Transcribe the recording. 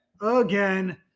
again